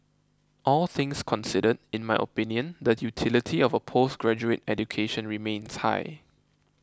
all things considered in my opinion the utility of a postgraduate education remains high